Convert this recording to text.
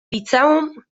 liceum